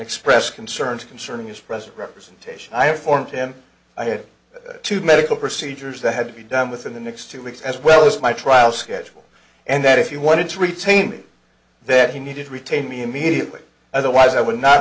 expressed concerns concerning his present representation i formed him i had to medical procedures that had to be done within the next two weeks as well as my trial schedule and that if you wanted to retain it then he needed to retain me immediately otherwise i would not